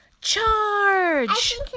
Charge